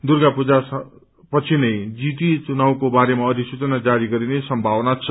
दुर्गा पूजा पछि नै जीटीए चुनवको बारेमा अधिसूचना जारी गरिने सम्भावना छ